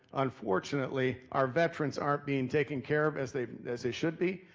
unfortunately, our veterans aren't being taken care of as they as they should be,